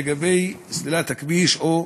לסלילת הכביש.